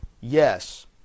Yes